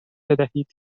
بدهید